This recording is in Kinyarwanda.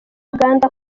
uganda